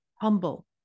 humble